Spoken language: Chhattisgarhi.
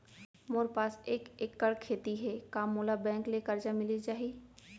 मोर पास एक एक्कड़ खेती हे का मोला बैंक ले करजा मिलिस जाही?